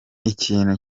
ikintu